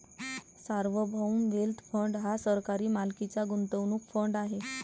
सार्वभौम wealth fund हा सरकारी मालकीचा गुंतवणूक फंड आहे